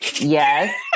Yes